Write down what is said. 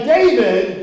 David